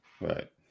Right